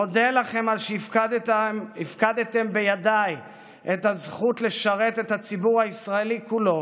מודה לכם על שהפקדתם בידיי את הזכות לשרת את הציבור הישראלי כולו